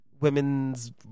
women's